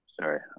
sorry